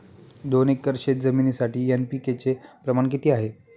दोन एकर शेतजमिनीसाठी एन.पी.के चे प्रमाण किती आहे?